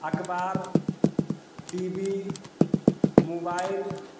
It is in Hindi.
अखबार टी वी मूबाइल